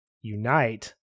unite